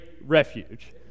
refuge